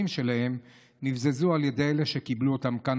שלהם נבזזו על ידי אלה שקיבלו אותם כאן,